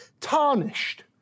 tarnished